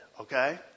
Okay